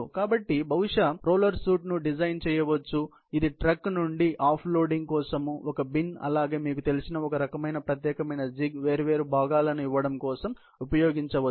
కాబట్టి మీరు బహుశా రోలర్ షూట్ ను డిజైన్ చేయవచ్చు ఇది ట్రక్ నుండి ఆఫ్ లోడింగ్ కోసం ఒక బిన్ అలాగే మీకు తెలిసిన ఒక రకమైన ప్రత్యేకమైన జిగ్ వేర్వేరు భాగాలను ఇవ్వడం కోసం ఉపయోగించవచ్చు